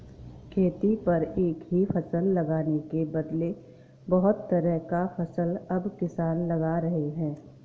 खेती पर एक ही फसल लगाने के बदले बहुत तरह का फसल अब किसान लगा रहे हैं